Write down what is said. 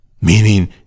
meaning